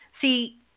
See